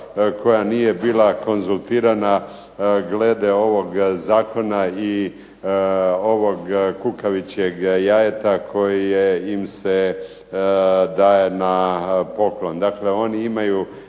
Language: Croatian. koja nije bila konzultirana glede ovog zakona i ovog kukavičjeg jajeta koje im se daje na poklon. Dakle oni imaju